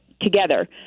together